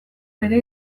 bere